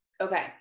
Okay